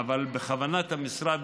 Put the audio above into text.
אבל בכוונת המשרד,